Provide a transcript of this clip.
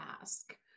ask